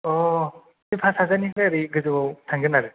बे पास हाजारनिफ्राइ ओरै गोजौआव थांगोन आरो